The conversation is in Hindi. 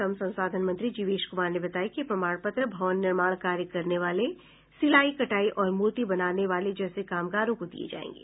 श्रम संसाधन मंत्री जीवेश क्मार ने बताया कि यह प्रमाण पत्र भवन निर्माण कार्य करने वाले सिलाई कटाई और मूर्ति बनाने वाले जैसे कामगारों को दिये जायेंगे